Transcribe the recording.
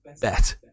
bet